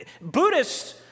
Buddhists